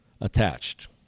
attached